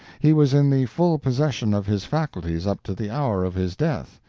he was in the full possession of his faculties up to the hour of his death,